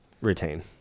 retain